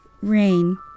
rain